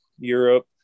Europe